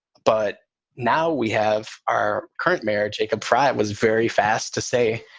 but now we have our current mayor, jacob pratt was very fast to say.